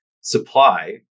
supply